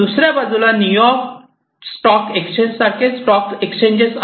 दुसऱ्या बाजूला New York stock exchange सारखे स्टॉक एक्सचेंज आहेत